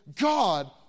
God